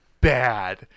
bad